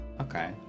Okay